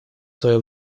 свое